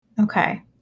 Okay